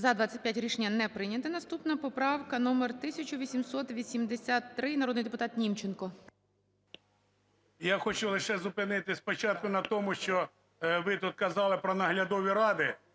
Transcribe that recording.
За-25 Рішення не прийняте. Наступна поправка номер 1883. Народний депутат Німченко. 12:47:20 НІМЧЕНКО В.І. Я хочу лише зупинитись спочатку на тому, що ви тут казали про наглядові ради.